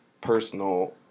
personal